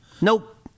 Nope